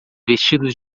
vestidos